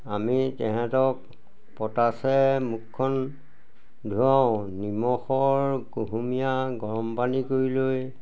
আমি তেহেঁতক পটাচে মুখখন ধুৱাওঁ নিমখৰ কুহুমীয়া গৰম পানী কৰি লৈ